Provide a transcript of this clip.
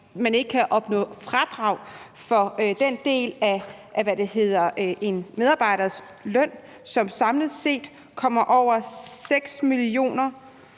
man ikke kan opnå fradrag for den del af en medarbejders løn, som samlet set kommer over 6.339.800